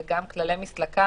וגם כללי מסלקה,